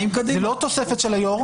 זה לא תוספת של היו"ר,